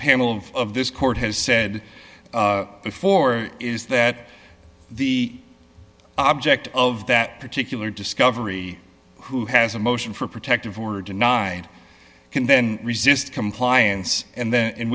panel of this court has said before is that the object of that particular discovery who has a motion for protective order denied can then resist compliance and then in